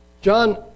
John